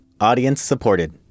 audience-supported